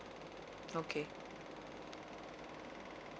okay